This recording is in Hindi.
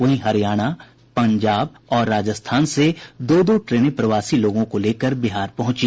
वहीं हरियाणा पंजाब और राजस्थान से दो दो ट्रेनं प्रवासी लोगों को लेकर बिहार पहुंची